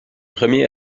premier